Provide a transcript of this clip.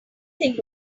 think